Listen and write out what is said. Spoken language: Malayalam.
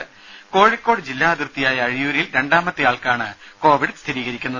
രേര കോഴിക്കോട് ജില്ലാ അതിർത്തിയായ അഴിയൂരിൽ രണ്ടാമത്തെയാൾക്കാണ് കോവിഡ് സ്ഥിരീകരിക്കുന്നത്